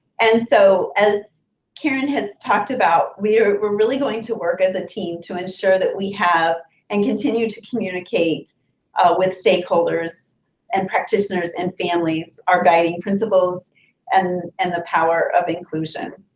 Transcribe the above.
so, as karen has talked about, we're we're really going to work as a team to ensure that we have and continue to communicate with stakeholders and practitioners and families our guiding principles and and the power of inclusion.